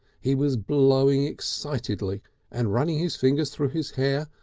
he was blowing excitedly and running his fingers through his hair,